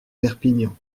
perpignan